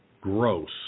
Gross